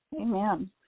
Amen